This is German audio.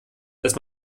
dass